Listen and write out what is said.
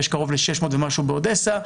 יש קרוב ל-600 ומשהו באודסה,